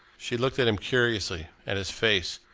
she looked at him curiously, at his face,